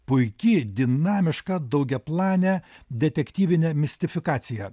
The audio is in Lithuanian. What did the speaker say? puiki dinamiška daugiaplanė detektyvinė mistifikacija